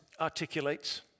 articulates